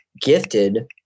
gifted